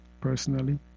personally